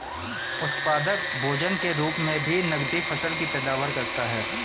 उत्पादक भोजन के रूप मे भी नकदी फसल की पैदावार करता है